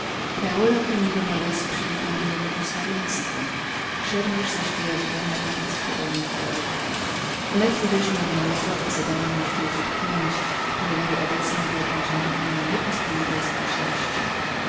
teolog innigo velez przywitał mnie błogosławieństwem szermierz zaś garcias hierro natychmiast podał mi floret wnet uderzyłem na niego i zadałem mu kilka pchnięć które dały obecnym niepospolite wyobrażenie o mojej zręczności